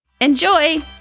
Enjoy